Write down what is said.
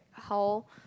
how